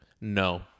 No